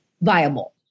viable